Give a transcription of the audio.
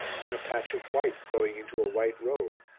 then a patch of white growing into a white robe,